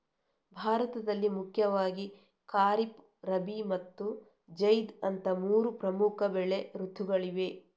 ಭಾರತದಲ್ಲಿ ಮುಖ್ಯವಾಗಿ ಖಾರಿಫ್, ರಬಿ ಮತ್ತು ಜೈದ್ ಅಂತ ಮೂರು ಪ್ರಮುಖ ಬೆಳೆ ಋತುಗಳಿವೆ